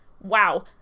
wow